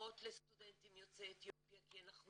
אחרות לסטודנטים יוצאי אתיופיה כי אנחנו